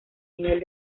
nivel